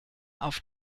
auf